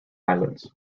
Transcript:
islands